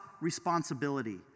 responsibility